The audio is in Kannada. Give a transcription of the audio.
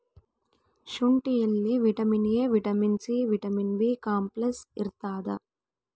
ಶುಂಠಿಯಲ್ಲಿ vitamin A vitamin C vitamin B complex ಇರ್ತಾದ